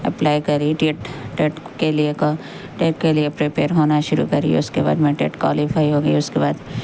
apply کری TET TET کے لیے کا ٹیٹ کے لیے پریپئر ہونا شروع کری اس کے بعد میں ٹیٹ کوالیفائی ہوگئی اس کے بعد